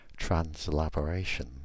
Translaboration